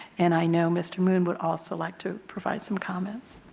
and i know mr. moon would also like to provide some comments.